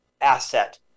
asset